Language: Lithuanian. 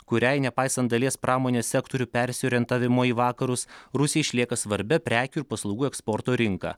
kuriai nepaisant dalies pramonės sektorių persiorientavimo į vakarus rusija išlieka svarbia prekių ir paslaugų eksporto rinka